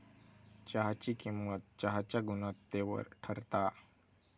चहाची किंमत चहाच्या गुणवत्तेवर ठरता